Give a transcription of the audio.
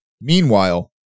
Meanwhile